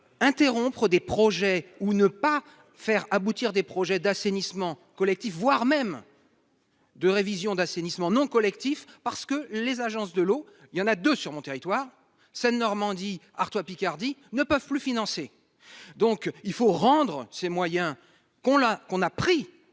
interrompre des projets ou ne pas faire aboutir des projets d'assainissement collectif, voire même. De révision d'assainissement non collectif, parce que les agences de l'eau, il y en a deux sur mon territoire Seine Normandie Artois Picardie ne peuvent plus financer, donc il faut rendre ces moyens qu'on là